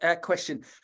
question